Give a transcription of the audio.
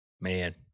Man